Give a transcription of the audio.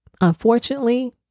Unfortunately